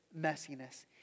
messiness